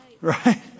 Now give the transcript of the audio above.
Right